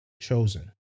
chosen